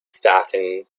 starting